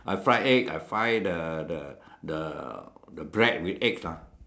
I fry eggs I fry the the the the bread with eggs lah